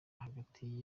hagati